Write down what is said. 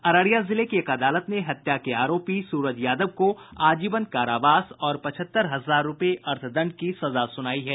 अररिया जिले की एक अदालत ने हत्या के आरोपी सूरज यादव को आजीवन कारावास और पचहत्तर हजार रूपये अर्थदंड की सजा सुनायी है